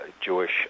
Jewish